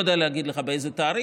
אני לא יודע להגיד לך באיזה תאריך,